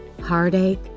heartache